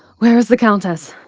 where is the countess?